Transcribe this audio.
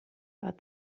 but